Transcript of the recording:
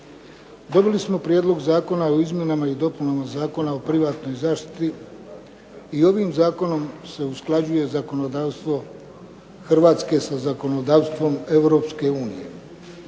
Dobili smo Prijedlog zakona o izmjenama i dopunama Zakona o privatnoj zaštiti i ovim zakonom se usklađuje zakonodavstvo Hrvatske sa zakonodavstvom Europske unije.